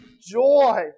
Joy